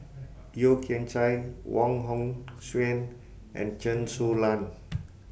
Yeo Kian Chye Wong Hong Suen and Chen Su Lan